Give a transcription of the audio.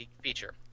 feature